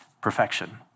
perfection